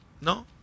No